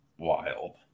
Wild